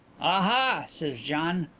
aha, says gian,